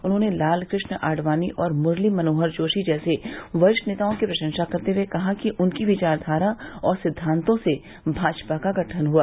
उन्होंने लाल कृष्ण आडवाणी और मुरली मनोहर जोशी जैसे वरिष्ठ नेताओं की प्रशंसा करते हुए कहा कि उनकी विचारधारा और सिद्वांतो से भाजपा का गठन हुआ